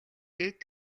дээд